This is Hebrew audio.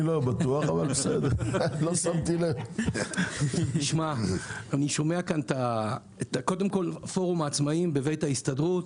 אני שומע את פורום העצמאיים בבית ההסתדרות.